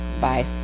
Bye